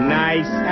nice